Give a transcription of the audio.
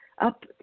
up